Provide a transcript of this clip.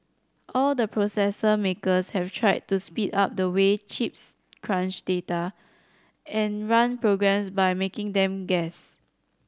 all the processor makers have tried to speed up the way chips crunch data and run programs by making them guess